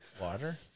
Water